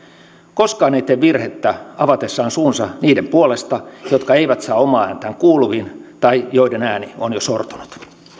koskaan ei tee virhettä avatessaan suunsa niiden puolesta jotka eivät saa omaa ääntään kuuluviin tai joiden ääni on jo sortunut